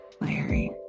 Larry